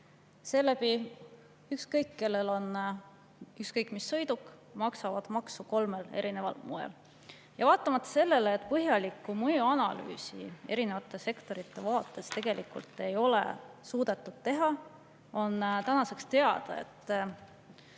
– ükskõik milline –, maksavad maksu kolmel erineval moel. Vaatamata sellele, et põhjalikku mõjuanalüüsi erinevate sektorite vaates tegelikult ei ole suudetud teha, on tänaseks teada, et